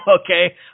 okay